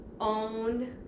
own